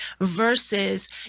versus